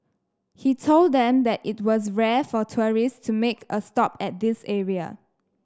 he told them that it was rare for tourists to make a stop at this area